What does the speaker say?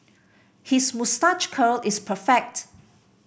his moustache curl is perfect